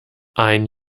ein